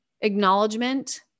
acknowledgement